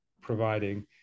providing